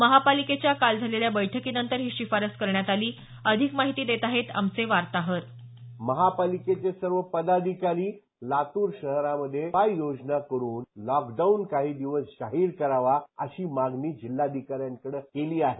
महापालिकेच्या काल झालेल्या बैठकीनंतर ही शिफारस करण्यात आली अधिक माहिती देत आहेत आमचे वार्ताहर महापालिकेचे सर्व पदाधिकारी लातूर शहरामध्ये उपाययोजना करून लाकडाऊन काही दिवस जाहीर करावा अशी मागणी जिल्हाधिकाऱ्यांकडे केली आहे